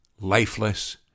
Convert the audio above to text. lifeless